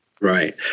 Right